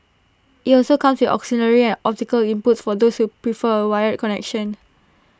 IT also comes with auxiliary and optical inputs for those who prefer A wired connection